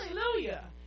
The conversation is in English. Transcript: Hallelujah